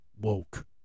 woke